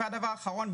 הדבר אחרון.